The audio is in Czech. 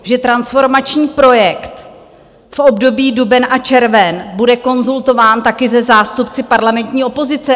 Že transformační projekt v období duben a červen bude konzultován taky se zástupci parlamentní opozice.